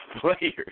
players